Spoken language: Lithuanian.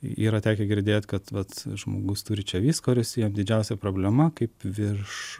yra tekę girdėt kad vat žmogus turi čia visko ir jis jam didžiausia problema kaip virš